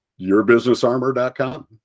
yourbusinessarmor.com